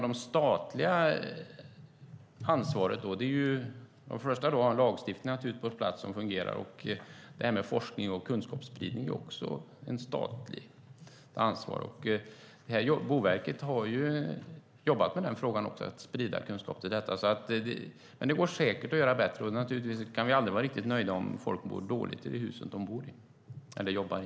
Det statliga ansvaret är först och främst att ha en lagstiftning som fungerar på plats, och det här med forskning och kunskapsspridning är också ett statligt ansvar. Boverket har jobbat med frågan om att sprida kunskap om detta, men det går säkert att göra ännu bättre. Naturligtvis kan vi aldrig vara riktigt nöjda om folk mår dåligt i de hus som de bor eller jobbar i.